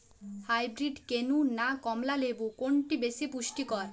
Hybrid কেনু না কমলা লেবু কোনটি বেশি পুষ্টিকর?